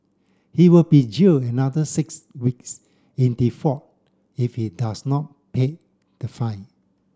he will be jailed another six weeks in default if he does not pay the fine